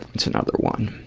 what's another one?